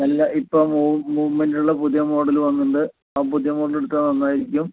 എല്ലാ ഇപ്പം മൂവ്മെന്റുള്ള പുതിയ മോഡല് വന്നിട്ടുണ്ട് ആ പുതിയ മോഡല് എടുത്താൽ നന്നായിരിക്കും